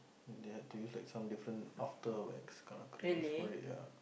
they had to use like some different after wax kind of cream sorry ya